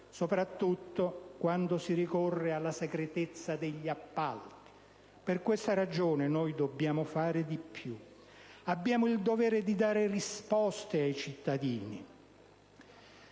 soprattutto quando si ricorre alla segretezza degli appalti. Per questa ragione, noi dobbiamo fare di più - abbiamo il dovere di dare risposte ai cittadini